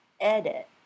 edit